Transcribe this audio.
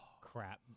Crap